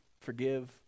forgive